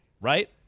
right